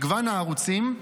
מגוון הערוצים,